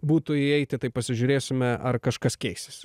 būtų įeiti tai pasižiūrėsime ar kažkas keisis